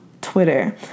twitter